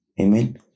Amen